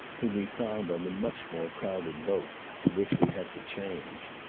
whom we found on the much more crowded boat to which we had to change.